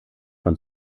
von